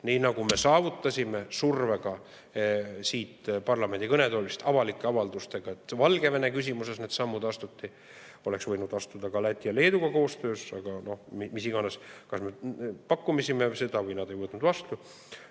nii nagu me saavutasime survega, siit parlamendi kõnetoolist esitatud avalike avaldustega, et Valgevene küsimuses need sammud astuti. Oleks võinud astuda need ka Läti ja Leeduga koostöös, aga mis iganes, kas me pakkusime seda või nad ei võtnud seda